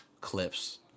clips